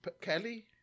Kelly